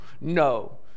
no